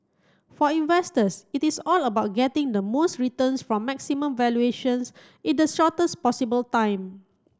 for investors it is all about getting the most returns from maximum valuations in the shortest possible time